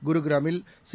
குருகிராமில்சி